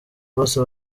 bose